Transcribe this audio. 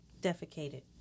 Defecated